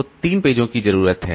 तो तीन पेजों की जरूरत है